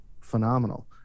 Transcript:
phenomenal